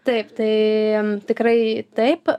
taip tai tikrai taip